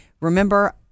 remember